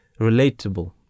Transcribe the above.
relatable